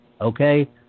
okay